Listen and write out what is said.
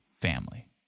family